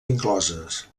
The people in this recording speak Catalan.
incloses